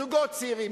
זוגות צעירים,